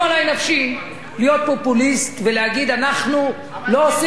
להיות פופוליסט ולהגיד: אנחנו לא עושים כלום.